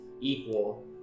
equal